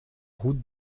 route